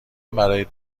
برای